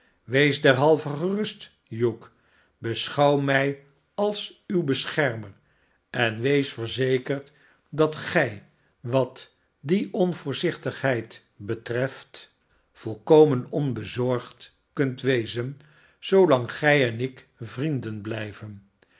wees derhalve gerust hugh beschouw mij als uw beschermer en wees verzekerd dat gij wat die onvoorzichtigheid betreft volkomen onbezorgd kunt wezen zoolang gij en ik vrienden blijven